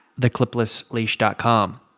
thecliplessleash.com